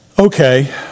Okay